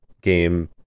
game